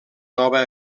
nova